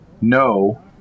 No